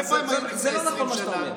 איפה הם היו לפני 20 שנה?